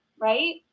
right